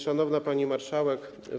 Szanowna Pani Marszałek!